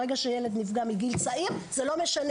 ברגע שילד נפגע מגיל צעיר, זה לא משנה.